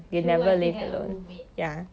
true I still had a roommate